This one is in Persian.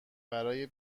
برای